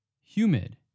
Humid